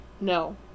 No